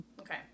Okay